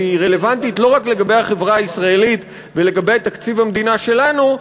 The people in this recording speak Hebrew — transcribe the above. והיא רלוונטית לא רק לגבי החברה הישראלית ולגבי תקציב המדינה שלנו,